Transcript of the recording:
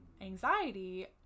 anxiety